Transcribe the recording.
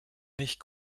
nicht